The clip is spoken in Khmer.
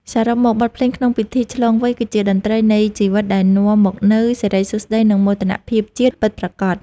សរុបមក បទភ្លេងក្នុងពិធីឆ្លងវ័យ គឺជាតន្ត្រីនៃជីវិតដែលនាំមកនូវសិរីសួស្ដី និងមោទនភាពជាតិពិតប្រាកដ។